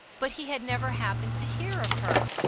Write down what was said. but he had never happened to hear of her.